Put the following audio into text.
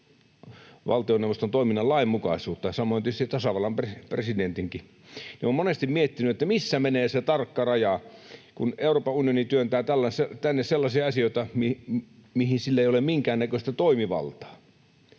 valtioneuvoston toiminnan lainmukaisuutta ja samoin tietysti tasavallan presidentinkin, ja olen monesti miettinyt, missä menee se tarkka raja, kun Euroopan unioni työntää tänne sellaisia asioita, mihin sillä ei ole minkäännäköistä toimivaltaa.